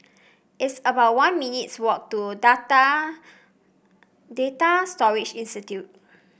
it's about one minutes' walk to Data Storage Institute